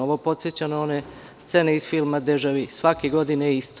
Ovo podseća na one scene iz filma „Dežavi“, svake godine isto.